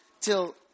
till